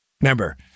Remember